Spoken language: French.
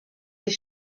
les